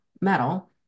metal